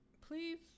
please